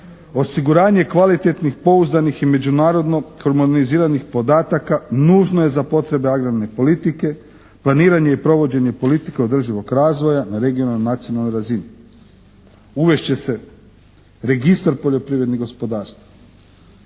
Osiguranje kvalitetnih, pouzdanih i međunarodno harmoniziranih podataka nužno je za potrebe agrarne politike, planiranje i provođenje politike održivog razvoja na regionalnoj i nacionalnoj razini. Uvest će se Registar poljoprivrednih gospodarstava.